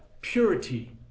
purity